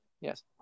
Yes